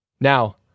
Now